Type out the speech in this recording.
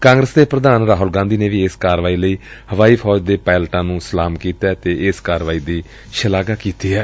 ਕਾਂਗਰਸ ਦੇ ਪ੍ਰਧਾਨ ਰਾਹੁਲ ਗਾਂਧੀ ਨੇ ਵੀ ਇਸ ਕਾਰਵਾਈ ਲਈ ਹਵਾਈ ਫੌਜ ਦੇ ਪਾਇਲਟਾਂ ਨੂੰ ਸਲਾਮ ਕੀਤੈ ਅਤੇ ਇਸ ਕਾਰਵਾਈ ਦੀ ਸ਼ਲਾਘਾ ਕੀਤੀ ਏ